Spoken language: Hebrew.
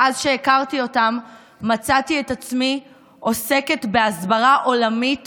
מאז שהכרתי אותם מצאתי את עצמי עוסקת בהסברה עולמית